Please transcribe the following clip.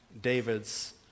David's